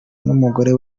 n’umugore